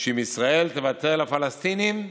שאם ישראל תוותר לפלסטינים,